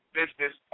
business